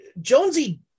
Jonesy